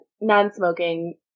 non-smoking